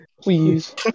please